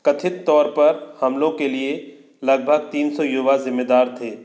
कथित तौर पर हमलों के लिए लगभग तीन सौ युवा ज़िम्मेदार थे